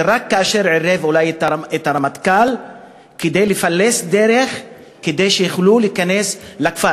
ורק כאשר עירב אולי את הרמטכ"ל כדי לפלס דרך כדי שיוכלו להיכנס לכפר,